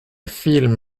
film